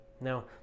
Now